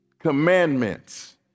commandments